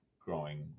growing